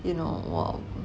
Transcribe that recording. you know while